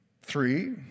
Three